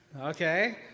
Okay